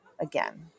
again